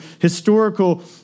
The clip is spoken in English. historical